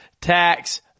tax